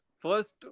first